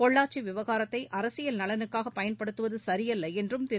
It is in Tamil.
பொள்ளாச்சி விவகாரத்தை அரசியல் நலனுக்காக பயன்படுத்துவது சரியல்ல என்றும் திரு